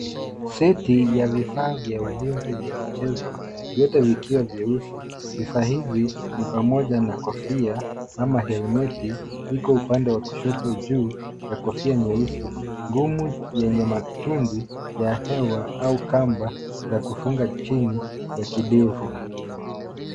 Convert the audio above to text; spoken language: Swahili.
Seti ya vifaa vya ulinzi vya michezo vyote vikiwa vyeusi. Vifaa hivi ni pamoja na kofia ama helmet viko upande wa kushoto juu ya kofia nyeusi ngumu yenye matundu ya hewa au kamba la kufunga chini ya kidevu.